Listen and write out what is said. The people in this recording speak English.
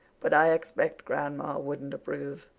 but i expect grandma wouldn't approve.